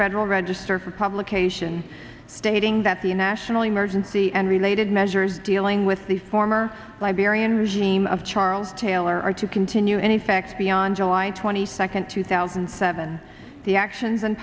federal register for publication stating that the national emergency and related measure dealing with the former liberian regime of charles taylor are to continue any facts beyond july twenty second two thousand and seven the actions and